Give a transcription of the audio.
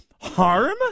Harm